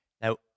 now